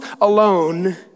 alone